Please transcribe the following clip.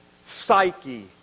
psyche